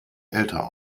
älter